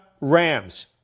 Rams